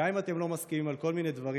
גם אם אתם לא מסכימים על כל מיני דברים,